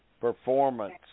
performance